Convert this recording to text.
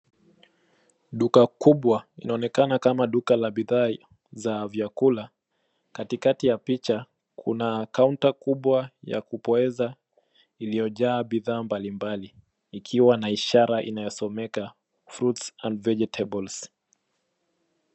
Duka kubwa inaonekana kama duka la bidhaa za vyakula. Katikati ya picha kuna kaunta kubwa ya kupoeza iliyojaa bidhaa mbali mbali ikiwa na ishara inayosomeka fruits and vegetables .